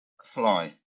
Fly